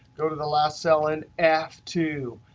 go to the last cell in f two.